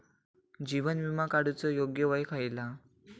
जीवन विमा काडूचा योग्य वय खयला?